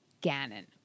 Gannon